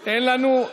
חזן,